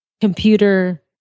computer